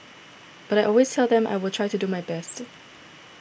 but I always tell them I will try to do my best